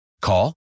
Call